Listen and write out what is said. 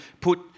put